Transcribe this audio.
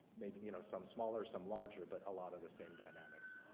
maybe you know some smaller some larger but a lot of the same dynamics